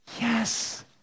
Yes